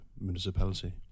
municipality